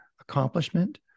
accomplishment